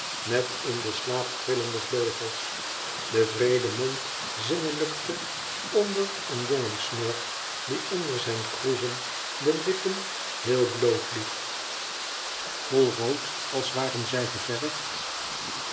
met in den slaap trillende vleugels de wreede mond zinnehjkte onder een jongenssnor die onder zijn kroezen de lippen heel bloot liet volrood als waren zij geverfd